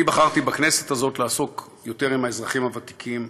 אני בחרתי בכנסת הזאת לעסוק יותר באזרחים הוותיקים,